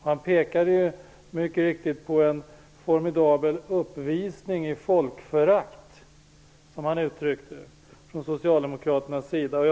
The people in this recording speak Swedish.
Han pekade mycket riktigt på en formidabel uppvisning i folkförakt från deras sida.